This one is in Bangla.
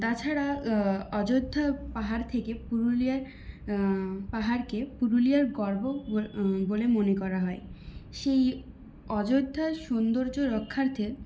তাছাড়া অযোধ্যা পাহাড় থেকে পুরুলিয়ায় পাহাড়কে পুরুলিয়ার গর্ব বলে মনে করা হয় সেই অযোধ্যার সৌন্দর্য রক্ষার্থে